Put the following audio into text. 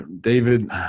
David